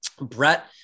Brett